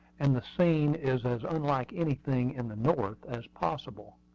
and the scene is as unlike anything in the north as possible.